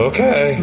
Okay